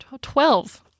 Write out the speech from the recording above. twelve